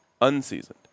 Unseasoned